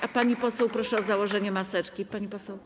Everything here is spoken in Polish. A panią poseł proszę o założenie maseczki, pani poseł.